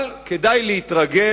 אבל כדאי להתרגל.